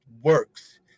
works